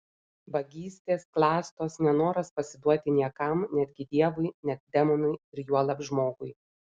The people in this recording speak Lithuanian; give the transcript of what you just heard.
vagystės klastos nenoras pasiduoti niekam netgi dievui net demonui ir juolab žmogui